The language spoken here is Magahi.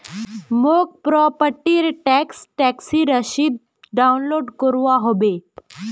मौक प्रॉपर्टी र टैक्स टैक्सी रसीद डाउनलोड करवा होवे